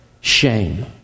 shame